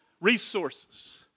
resources